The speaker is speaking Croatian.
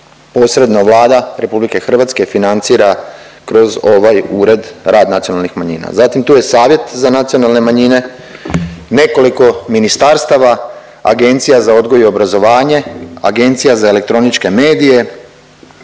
posredno Vlada RH financira kroz ovaj ured rad nacionalnih manjina. Zatim tu je Savjet za nacionalne manjine, nekoliko ministarstava, Agencija za odgoj i obrazovanje, Agencija za elektroničke medije,